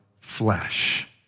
flesh